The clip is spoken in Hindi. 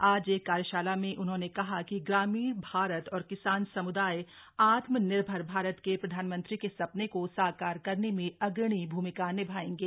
आज एक कार्यशाला में उन्होंने कहा कि ग्रामीण भारत और किसान समुदाय आत्मनिर्भर भारत के प्रधानमंत्री के साने को साकार करने में अग्रणी भूमिका निभायेंगे